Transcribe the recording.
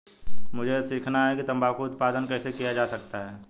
मुझे यह सीखना है कि तंबाकू उत्पादन कैसे किया जा सकता है?